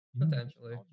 potentially